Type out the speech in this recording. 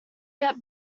get